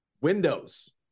windows